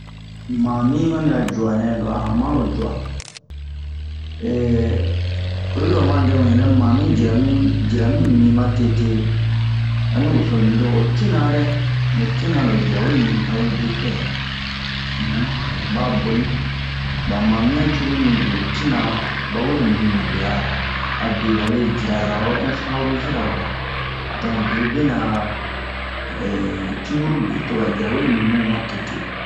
mami onni a juanɛ lo a hamano jua oyi ro oma dɛmu yɛrɛ mami jira mi jira mi min ma tete ani wosonu yi lo ho tina dɛ ho tina lo jira we min a we bepɛ ba boni ba mazian cruru mibin ho tina bawe mi mu bera ra abe babe jira zan oro infraruzira kwa don bewobe nɛ a tiburu be ba jira we mimu ma tete